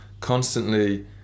Constantly